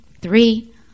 three